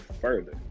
further